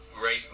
Great